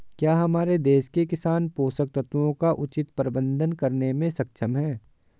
क्या हमारे देश के किसान पोषक तत्वों का उचित प्रबंधन करने में सक्षम हैं?